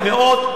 במאות,